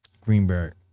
Greenberg